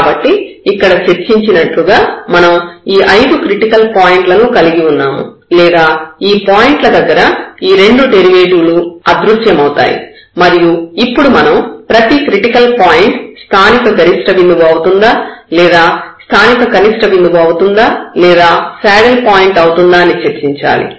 కాబట్టి ఇక్కడ చర్చించినట్లుగా మనం ఈ ఐదు క్రిటికల్ పాయింట్లను కలిగి ఉన్నాము లేదా ఈ పాయింట్లు దగ్గర ఈ రెండు డెరివేటివ్ లు అదృశ్యమవుతాయి మరియు ఇప్పుడు మనం ప్రతి క్రిటికల్ పాయింట్ స్థానిక గరిష్ట బిందువు అవుతుందా లేదా స్థానిక కనిష్ట బిందువు అవుతుందా లేదా శాడిల్ పాయింట్ అవుతుందా అని చర్చించాలి